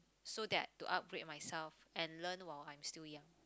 so that to upgrade myself and learn while I'm still young